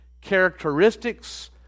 characteristics